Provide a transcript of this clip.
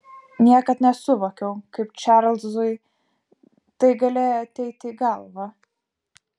niekad nesuvokiau kaip čarlzui tai galėjo ateiti į galvą